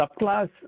subclass